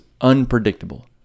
unpredictable